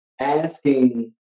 asking